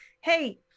hey